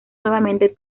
nuevamente